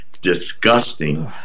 disgusting